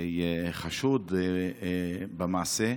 בפעם הזאת חשוד במעשה.